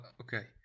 okay